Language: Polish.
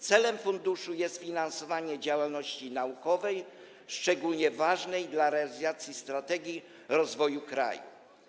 Celem funduszu jest finansowanie działalności naukowej, szczególnie ważnej dla realizacji strategii rozwoju kraju.